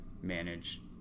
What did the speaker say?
manage